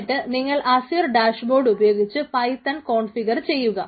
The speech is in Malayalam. എന്നിട്ട് നിങ്ങൾ അസ്യൂർ ഡാഷ്ബോർഡ് ഉപയോഗിച്ച് പൈത്തൺ ചെയ്യുക